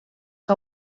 que